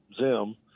Zim